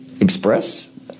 express